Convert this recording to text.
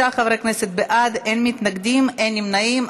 26 חברי כנסת בעד, אין מתנגדים, אין נמנעים.